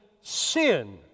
sin